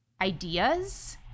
ideas